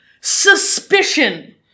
suspicion